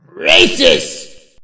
racist